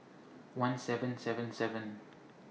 one seven seven seven